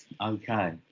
Okay